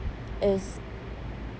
is